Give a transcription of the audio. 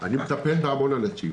אני מטפל בהמון אנשים.